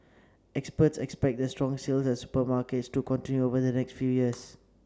experts expect the strong sales at supermarkets to continue over the next few years